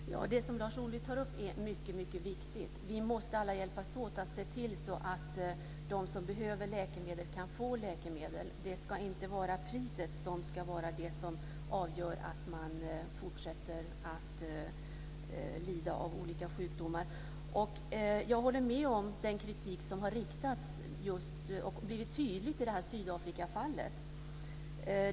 Herr talman! Det som Lars Ohly tar upp är mycket viktigt. Vi måste alla hjälpas åt att se till så att de som behöver läkemedel kan få läkemedel. Det ska inte vara priset som avgör att man fortsätter att lida av olika sjukdomar. Jag håller med om den kritik som har riktats och blivit tydlig just i Sydafrikafallet.